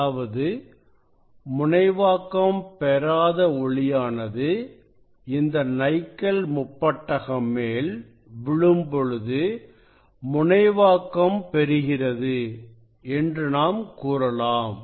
அதாவது முனைவாக்கம் பெறாத ஒளியானது இந்த நைக்கல் முப்பட்டகம் மேல் விழும் பொழுது முனைவாக்கம் பெறுகிறது என்று நாம் கூறலாம்